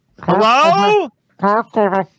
Hello